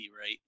right